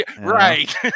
Right